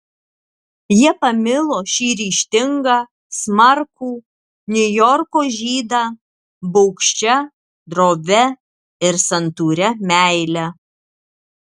jie pamilo šį ryžtingą smarkų niujorko žydą baugščia drovia ir santūria meile